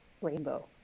Rainbow